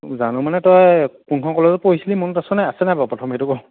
জানো মানে তই কোনখন কলেজত পঢ়িছিলি মনত আছে নাই আছে নাই বাৰু প্ৰথম সেইটো ক